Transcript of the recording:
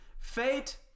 Fate